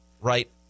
right